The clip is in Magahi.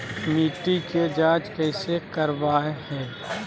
मिट्टी के जांच कैसे करावय है?